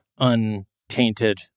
untainted